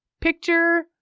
Picture